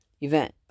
Event